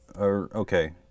Okay